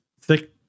thick